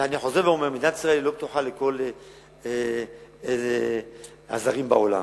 ואני חוזר ואומר: מדינת ישראל לא פתוחה לכל הזרים בעולם.